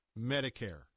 Medicare